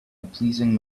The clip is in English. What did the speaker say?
pleasing